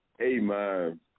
Amen